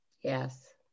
Yes